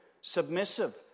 submissive